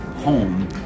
home